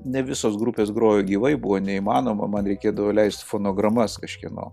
ne visos grupės grojo gyvai buvo neįmanoma man reikėdavo leist fonogramas kažkieno